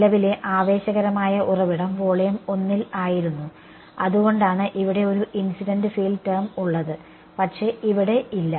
നിലവിലെ ആവേശകരമായ ഉറവിടം വോളിയം 1ൽ ആയിരുന്നു അതുകൊണ്ടാണ് ഇവിടെ ഒരു ഇൻസിഡന്റ് ഫീൽഡ് ടേം ഉള്ളത് പക്ഷേ ഇവിടെ ഇല്ല